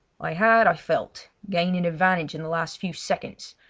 i had, i felt, gained an advantage in the last few seconds,